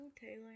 Taylor